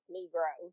Negro